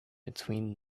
between